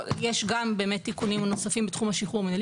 יש גם תיקונים נוספים בתחום השחרור המינהלי